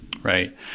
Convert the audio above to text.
Right